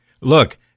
Look